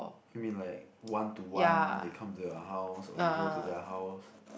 you mean like one to one they come to your house or you go to their house